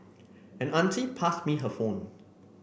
an auntie passed me her phone